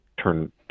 turn